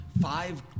five